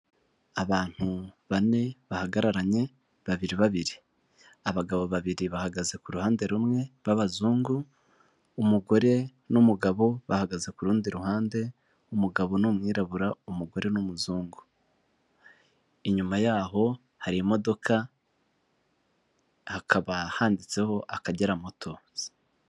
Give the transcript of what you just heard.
Abantu bane bahagararanye babiri babiri abagabo babiri bahagaze ku ruhande rumwe b'abazungu umugore n'umugabo bahagaze ku rundi ruhande umugabo ni umwirabura umugore n'umuzungu inyuma yaho hari imodoka hakaba handitseho akagera motozi.